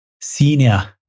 Senior